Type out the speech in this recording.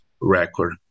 record